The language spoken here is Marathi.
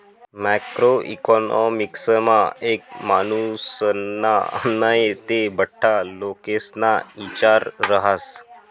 मॅक्रो इकॉनॉमिक्समा एक मानुसना नै ते बठ्ठा लोकेस्ना इचार रहास